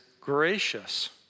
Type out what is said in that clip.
gracious